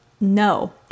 No